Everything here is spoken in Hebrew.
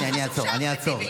אני אעצור, אני אעצור.